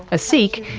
a sikh,